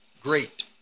great